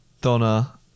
Donna